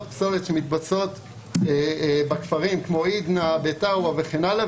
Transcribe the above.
פסולת שמתבצעות בכפרים כמו עידנא ו --- וכן הלאה,